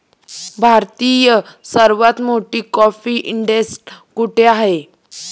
भारतातील सर्वात मोठी कॉफी इस्टेट कुठे आहे?